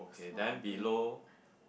so I think